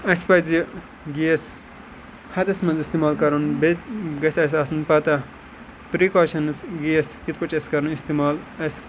اَسہِ پَزِ گیس حَدَس مَنٛز اِستعمال کَرُن بیٚیہِ گَژھِ اَسہِ آسُن پَتہ پریکاشَنٕز گیس کِتھ پٲٹھۍ چھُ اَسہِ کَرُن اِستعمال اَسہِ